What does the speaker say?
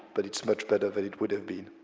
but it's much better than it would have been.